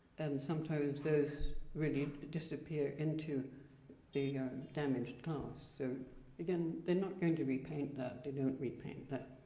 and sometimes those really disappear into the damaged glass. so again, they're not going to repaint that. they don't repaint that.